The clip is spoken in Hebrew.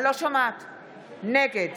נגד